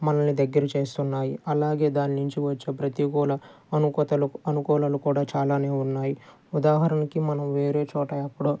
మనలని దగ్గర చేస్తున్నాయి అలాగే దాన్ని నుంచి వచ్చే ప్రతికూల అనుకుత అనుకూలలు కూడా చాలానే ఉన్నాయి ఉదాహరణకి మనం వేరే చోట ఎక్కడో